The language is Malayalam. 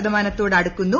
ശതമാനത്തോടടുക്കുന്നു